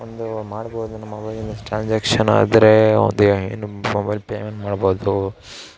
ಒಂದು ಮಾಡ್ಬೌದು ಮೊಬೈಲಿಂದ ಟ್ರಾಂಜಾಕ್ಷನ್ ಆದರೆ ಒಂದು ಏನು ಮೊಬೈಲ್ ಪೇಮೆಂಟ್ ಮಾಡ್ಬೌದು